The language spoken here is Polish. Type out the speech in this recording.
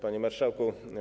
Panie Marszałku!